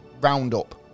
Roundup